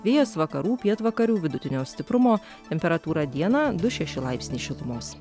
vėjas vakarų pietvakarių vidutinio stiprumo temperatūra dieną du šeši laipsniai šilumos